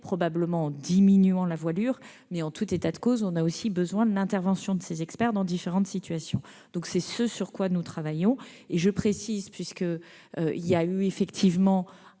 probablement en diminuant la voilure, mais, en tout état de cause, on a aussi besoin de l'intervention de ces experts dans différentes situations. C'est ce sur quoi nous travaillons. Il y a effectivement